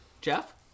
Jeff